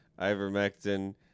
ivermectin